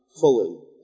fully